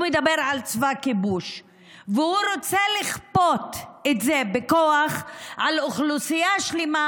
מדבר על צבא כיבוש ורוצה לכפות את זה בכוח על אוכלוסייה שלמה